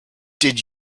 did